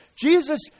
Jesus